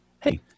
hey